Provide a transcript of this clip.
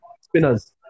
spinners